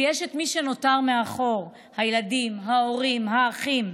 ויש את מי שנותר מאחור, הילדים, ההורים, האחים.